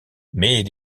mais